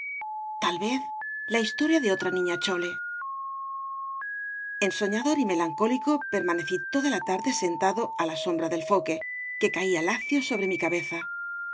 tal vez la historia de otra niña chole ensoñador y melancólico permanecí toda la tarde sentado á la sombra del foque que caía lacio sobre mi cabeza